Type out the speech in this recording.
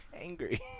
Angry